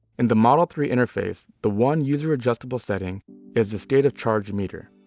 and the model three interface, the one user adjustable setting is the state of charge meter.